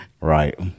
right